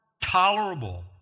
tolerable